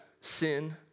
sin